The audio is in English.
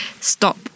stop